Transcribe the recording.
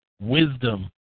wisdom